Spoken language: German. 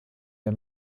der